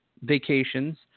vacations